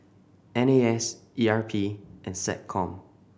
N A S E R P and SecCom